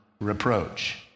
reproach